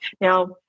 Now